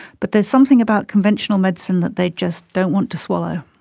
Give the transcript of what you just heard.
but there's something about conventional medicine that they just don't want to swallow.